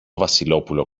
βασιλόπουλο